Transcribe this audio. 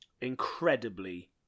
incredibly